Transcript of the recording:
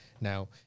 Now